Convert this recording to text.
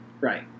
right